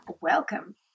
welcome